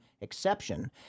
exception